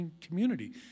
community